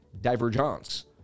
divergence